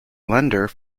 lender